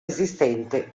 esistente